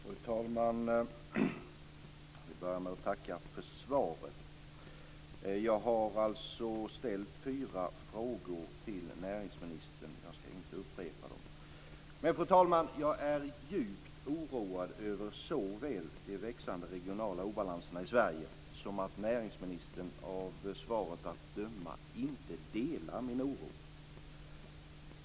Fru talman! Jag vill börja med att tacka för svaret. Jag har alltså ställt fyra frågor till näringsministern, och jag ska inte upprepa dem. Men, fru talman, jag är djupt oroad över såväl de växande regionala obalanserna i Sverige som att näringsministern av svaret att döma inte delar min oro.